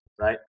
right